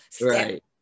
right